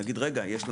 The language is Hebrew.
יהיה לנו